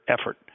effort